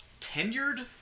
tenured